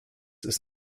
ist